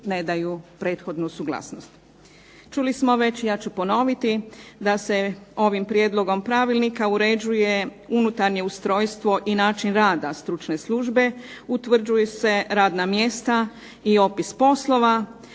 ne daju prethodnu suglasnost. Čuli smo već i ja ću ponoviti da se ovim prijedlogom pravilnika uređuje unutarnje ustrojstvo i način rada stručne službe, utvrđuju se radna mjesta i opis poslova,